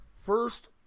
first